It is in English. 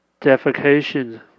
defecation